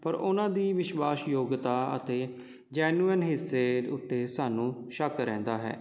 ਪਰ ਉਹਨਾਂ ਦੀ ਵਿਸ਼ਵਾਸ ਯੋਗਤਾ ਅਤੇ ਜੈਨੂਅਨ ਹਿੱਸੇ ਉੱਤੇ ਸਾਨੂੰ ਸ਼ੱਕ ਰਹਿੰਦਾ ਹੈ